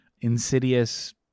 insidious